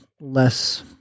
less